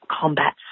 combat